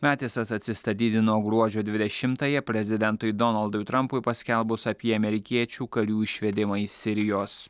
matisas atsistatydino gruodžio dvidešimtąją prezidentui donaldui trampui paskelbus apie amerikiečių karių išvedimą iš sirijos